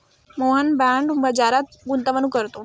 Mohan bond बाजारात गुंतवणूक करतो